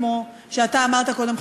כמו שאמרת קודם,